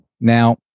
Now